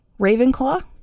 Ravenclaw